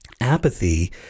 apathy